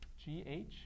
GH